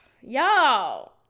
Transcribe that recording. y'all